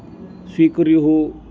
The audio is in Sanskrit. स्वीकुर्युः